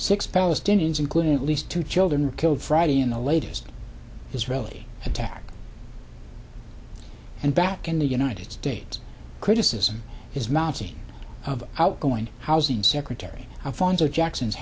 six palestinians including at least two children killed friday in the latest israeli attack and back in the united states criticism is mounting of outgoing housing secretary alphonso jackson